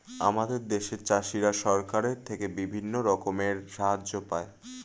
আমাদের দেশের চাষিরা সরকারের থেকে বিভিন্ন রকমের সাহায্য পায়